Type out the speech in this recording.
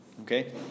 Okay